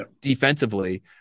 defensively